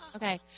Okay